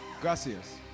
Gracias